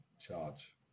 charge